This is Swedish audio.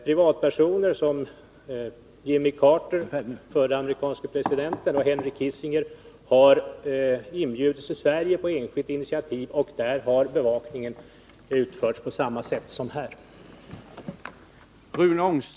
Privatpersoner som Jimmy Carter, den förre amerikanske presidenten, och Henry Kissinger har inbjudits till Sverige på enskilt initiativ, och då har bevakningen utförts på samma sätt som i det här fallet.